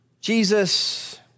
Jesus